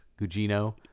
Gugino